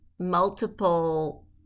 multiple